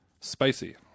spicy